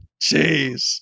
Jeez